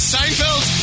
Seinfeld